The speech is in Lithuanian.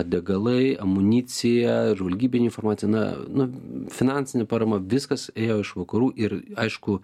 degalai amunicija žvalgybinė informacija na nu finansinė parama viskas ėjo iš vakarų ir aišku